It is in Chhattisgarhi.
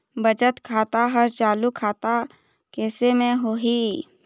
बचत खाता हर चालू खाता कैसे म होही?